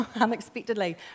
unexpectedly